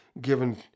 given